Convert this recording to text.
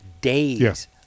days